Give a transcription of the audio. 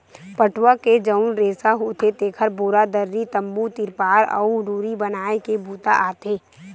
पटवा के जउन रेसा होथे तेखर बोरा, दरी, तम्बू, तिरपार अउ डोरी बनाए के बूता आथे